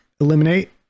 Eliminate